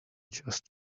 just